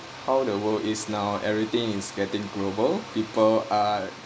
how the world is now everything is getting global people are